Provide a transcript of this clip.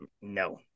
no